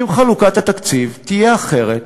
אם חלוקת התקציב תהיה אחרת,